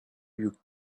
you